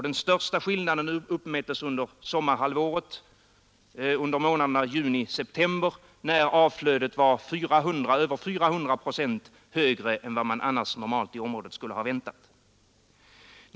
Den största skillnaden uppmättes under sommarhalvåret, under månaderna juni-september, när avflödet var över 400 procent högre än vad man annars normalt skulle ha väntat i området.